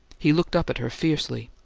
he looked up at her fiercely.